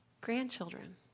grandchildren